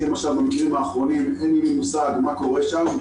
במקרים האחרונים לי למשל אין מושג מה קורה שם,